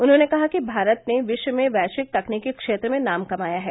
उन्होंने कहा कि भारत ने विश्व में वैश्यिक तकनीकी क्षेत्र में नाम कमाया है